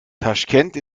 taschkent